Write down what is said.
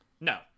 No